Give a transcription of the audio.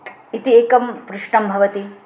इति एकं पृष्ठं भवति